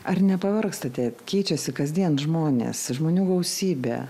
ar nepavargstate keičiasi kasdien žmonės žmonių gausybė